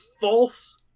false